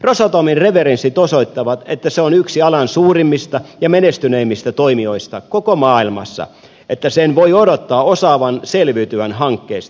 rosatomin referenssit osoittavat että se on yksi alan suurimmista ja menestyneimmistä toimijoista koko maailmassa että sen voi odottaa osaavan selviytyä hankkeesta